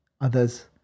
others